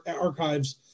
archives